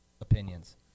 opinions